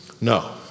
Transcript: No